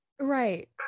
Right